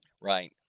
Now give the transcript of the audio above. Right